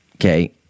okay